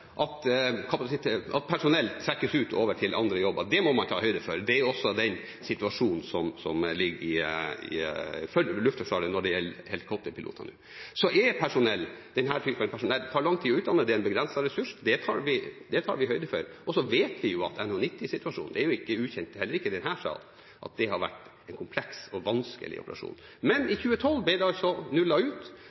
at personell trekkes ut og over til andre jobber. Det må man ta høyde for. Det er også situasjonen nå for Luftforsvaret når det gjelder helikopterpilotene. Denne typen personell tar det lang tid å utdanne, det er en begrenset ressurs, og det tar vi høyde for. Så vet vi at situasjonen for NH90 ikke er ukjent, heller ikke for denne salen, det har vært en kompleks og vanskelig operasjon. Men i 2012 ble det nullet ut.